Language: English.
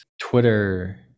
Twitter